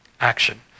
Action